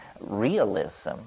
realism